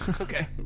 Okay